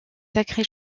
sacré